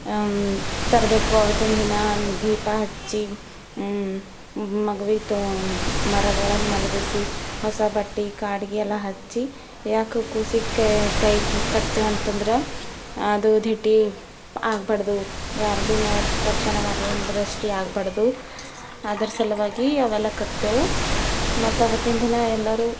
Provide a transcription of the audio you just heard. ತರಬೇಕು ಆವತ್ತಿನ ದಿನ ದೀಪ ಹಚ್ಚಿ ಮಗುವಿಗೆ ತೊ ಮರದೊಳಗೆ ಮಲಗಿಸಿ ಹೊಸ ಬಟ್ಟೆ ಕಾಡಿಗೆ ಎಲ್ಲ ಹಚ್ಚಿ ಯಾಕೆ ಕೂಸಿಗೆ ಕೈ ಕೈಯ್ಗೆ ಕಟ್ತೇವಂತಂದ್ರೆ ಅದು ದೃಷ್ಠಿ ಆಗ್ಬಾರ್ದು ಯಾರು ಭೀ ನೋಡಿದ ತಕ್ಷಣ ಮಗುವಿಗೆ ದೃಷ್ಠಿ ಆಗ್ಬಾರ್ದು ಅದರ ಸಲುವಾಗಿ ಅವೆಲ್ಲ ಕಟ್ತೇವೆ ಮತ್ತು ಆವತ್ತಿನ ದಿನ ಎಲ್ಲರೂ